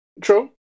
True